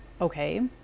Okay